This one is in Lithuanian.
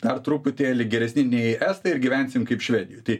dar truputėlį geresni nei estai ir gyvensim kaip švedijoj tai